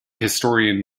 historian